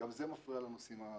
גם זה מפריע לנוסעים האחרים.